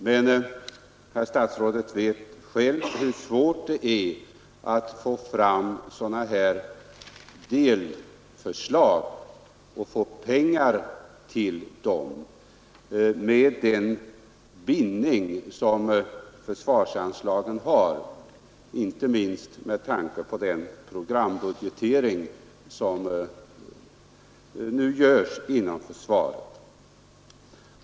Men herr statsrådet vet själv hur svårt det är att få fram pengar till genomförandet av sådana här delförslag med den bindning som försvarsanslagen har, inte minst på grund av den programbudgetering som nu görs inom försvaret.